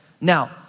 Now